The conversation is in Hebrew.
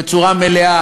לאמוד בצורה מלאה